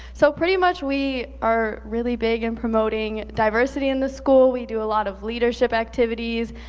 so pretty much we are really big in promoting diversity in the school. we do a lot of leadership activities.